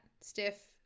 stiff